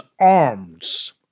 arms